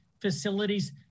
facilities